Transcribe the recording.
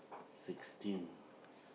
sixteen